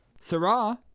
sirrah,